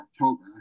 October